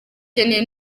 ukeneye